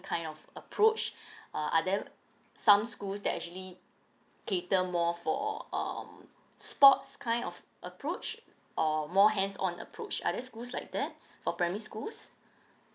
kind of approach err are there some schools that actually cater more for um sports kind of approach or more hands on approach are there schools like that for primary schools